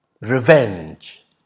revenge